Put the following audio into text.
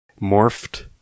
morphed